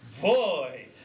Boy